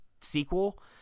sequel